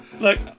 Look